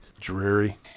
dreary